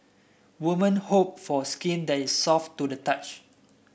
women hope for skin that is soft to the touch